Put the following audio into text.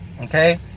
okay